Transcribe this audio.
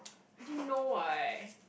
already know what